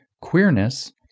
Queerness